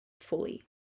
fully